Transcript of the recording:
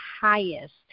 highest